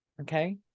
Okay